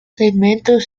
segmentos